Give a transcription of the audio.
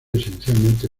esencialmente